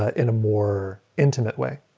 ah in a more intimate way.